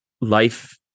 life